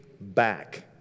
back